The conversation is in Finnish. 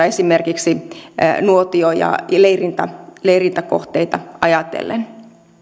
esimerkiksi nuotio ja ja leirintäkohteita leirintäkohteita ajatellen